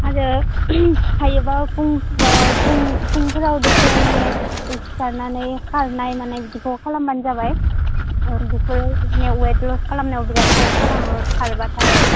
आरो हायोब्ला फुं फुंफोराव दसे माने सिखारनानै खारनाय मानाय बिदिखौ खालामबानो जाबाय औ बेफोर बिदिनो वार्कआउट खालामनायाव बिरात हेल्प खालामो खारबाथाय